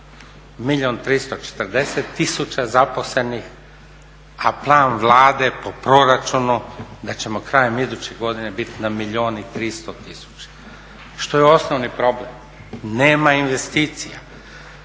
340 tisuća zaposlenih a plan Vlade po proračunu da ćemo krajem iduće godine biti na milijun i 300 tisuća. Što je osnovni problem? Nema investicija.